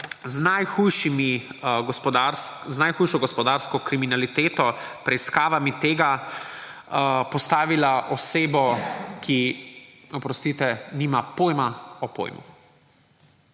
z najhujšo gospodarsko kriminaliteto, preiskavami tega, postavila osebo, ki, oprostite, nima pojma o pojmu.